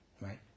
Right